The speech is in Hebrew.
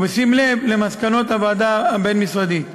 ובשים לב למסקנות הוועדה הבין-משרדית.